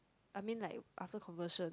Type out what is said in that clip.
I mean like after conversion